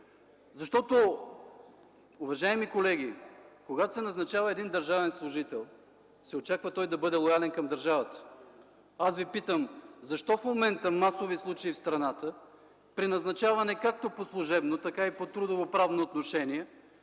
страната. Уважаеми колеги, когато се назначава един държавен служител, се очаква той да бъде лоялен към държавата. Аз Ви питам: защо в момента (масови случаи в страната при назначаване както по служебно, така и по трудово правоотношение)